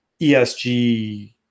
ESG